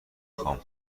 خوام